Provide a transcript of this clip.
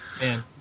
Man